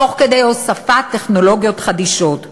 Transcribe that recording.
תוך הוספת טכנולוגיות חדישות.